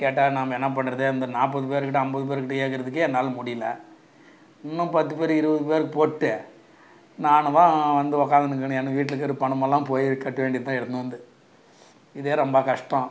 கேட்டால் நாம என்ன பண்ணுறது இந்த நாற்பது பேர்க்கிட்ட ஐம்பது பேர்க்கிட்ட கேட்கறதுக்கே என்னாலல் முடியல இன்னும் பத்துப் பேர் இருபது பேர்க் போட்டு நானுமோ வந்து உக்காந்துணுக்கினு எனக்கு வீட்டில் இக்கிற பணமெல்லாம் போய் கட்ட வேண்டியத்தான் எடுத்துன்னு வந்து இதே ரொம்ப கஷ்டம்